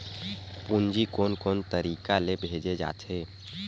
पूंजी कोन कोन तरीका ले भेजे जाथे?